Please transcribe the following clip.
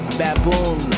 baboon